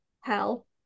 hell